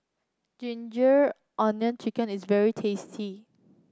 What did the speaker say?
ginger onion chicken is very tasty